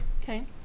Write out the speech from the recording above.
Okay